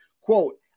Quote